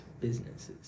businesses